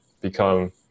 become